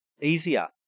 easier